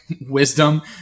wisdom